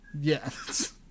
Yes